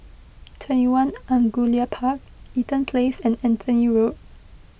twenty one Angullia Park Eaton Place and Anthony Road